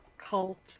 cult